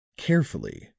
Carefully